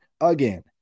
again